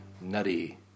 nutty